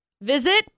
visit